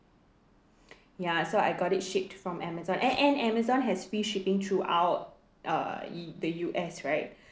ya so I got it shipped from Amazon and and Amazon has free shipping throughout uh the U_S right